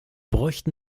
bräuchten